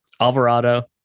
Alvarado